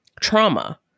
trauma